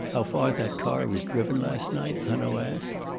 how far that car was driven last night? hanaud asked.